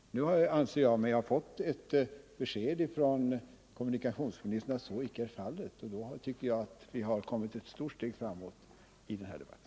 Nu anser jag mig ha fått ett besked från kommunikationsministern att så icke är fallet, och 103 då tycker jag att vi har kommit ett stort steg framåt i den här debatten.